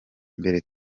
mbere